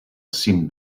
cim